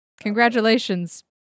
Congratulations